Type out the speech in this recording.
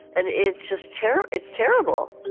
and it's just terror. it's terrible